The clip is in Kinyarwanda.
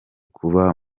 kuba